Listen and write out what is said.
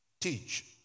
teach